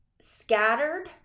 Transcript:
scattered